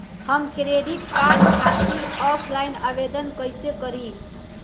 हम credit card खातिर offline आवेदन कइसे करि?